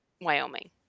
Wyoming